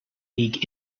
league